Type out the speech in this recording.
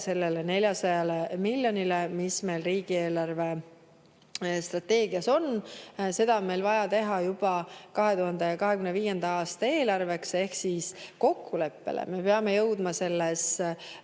sellele 400 miljonile, mis meil riigi eelarvestrateegias on. Seda on meil vaja teha juba 2025. aasta eelarveks ehk kokkuleppele me peame jõudma selles